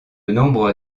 nombre